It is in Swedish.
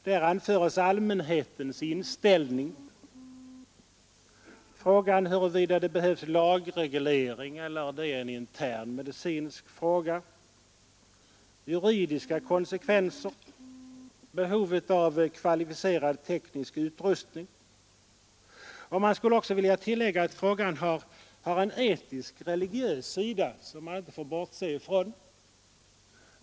Där anföres allmänhetens inställning, frågan huruvida det behövs lagreglering eller om dödsbegreppet är en intern medicinsk fråga, juridiska konsekvenser och behovet av kvalificerad teknisk utrustning. Man skulle vilja tillägga att frågan också har en etisk och religiös sida, som man inte får bortse från.